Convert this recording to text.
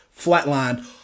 flatlined